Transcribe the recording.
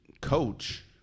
coach